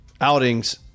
Outings